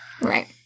Right